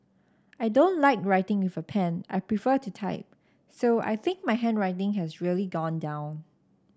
I don't like writing with a pen I prefer to type so I think my handwriting has really gone down